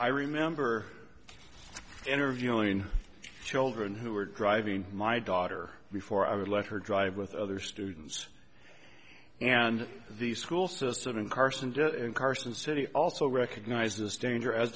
i remember interviewing children who were driving my daughter before i would let her drive with other students and the school system in carson carson city also recognized this danger as